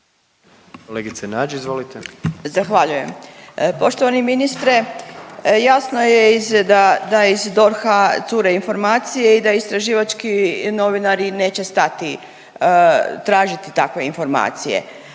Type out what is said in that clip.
(Socijaldemokrati)** Zahvaljujem. Poštovani ministre jasno je iz, da, da iz DORH-a cure informacije i da istraživački novinari neće stati tražiti takve informacije.